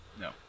No